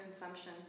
consumption